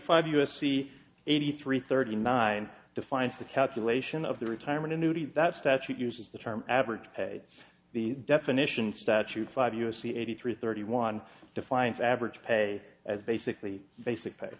five u s c eighty three thirty nine defines the calculation of the retirement annuity that statute uses the term average pay the definition statute five u s c eighty three thirty one defines average pay as basically basic